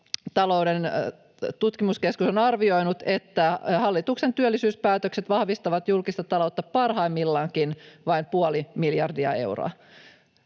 valtiontalouden tutkimuskeskus on arvioinut, että hallituksen työllisyyspäätökset vahvistavat julkista taloutta parhaimmillaankin vain puoli miljardia euroa.